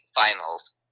finals